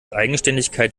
eigenständigkeit